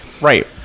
Right